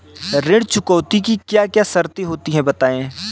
ऋण चुकौती की क्या क्या शर्तें होती हैं बताएँ?